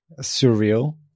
surreal